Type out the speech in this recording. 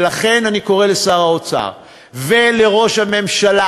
ולכן אני קורא לשר האוצר ולראש הממשלה,